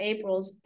Aprils